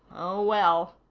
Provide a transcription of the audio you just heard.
oh, well,